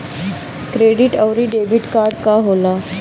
Credit आउरी debit card का होखेला?